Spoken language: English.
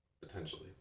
potentially